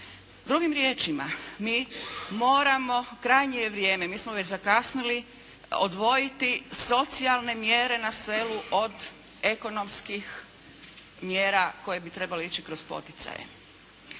Drugim riječima, mi moramo, krajnje je vrijeme, mi smo već zakasnili odvojiti socijalne mjere na selu od ekonomskih mjera koje bi trebale ići kroz poticaje.